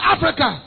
Africa